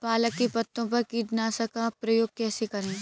पालक के पत्तों पर कीटनाशक का प्रयोग कैसे करें?